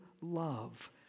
love